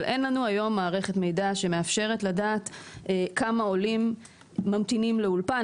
אבל אין לנו היום מערכת מידע שמאפשרת לדעת כמה עולים ממתינים לאולפן,